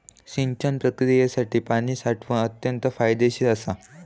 सिंचन प्रक्रियेसाठी पाणी साठवण अत्यंत फायदेशीर असा